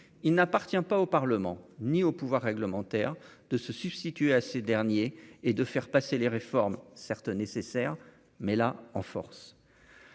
il n'appartient pas au Parlement, ni au pouvoir réglementaire de se substituer à ces derniers et de faire passer les réformes certes nécessaire, mais là en force,